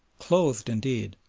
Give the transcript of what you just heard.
clothed indeed,